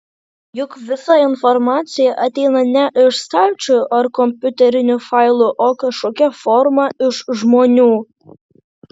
juk visa informacija ateina ne iš stalčių ar kompiuterinių failų o kažkokia forma iš žmonių